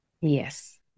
Yes